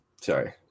Sorry